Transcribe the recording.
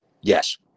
Yes